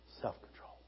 Self-control